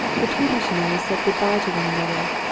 the two missionaries said good-bye to one an other.